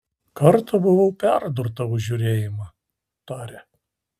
kartą buvau perdurta už žiūrėjimą tarė